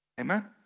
Amen